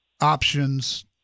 options